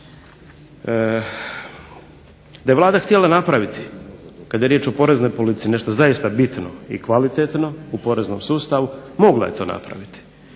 da je Vlada htjela napraviti kad je riječ o poreznoj policiji nešto zaista bitno i kvalitetno u poreznom sustavu mogla je to napraviti,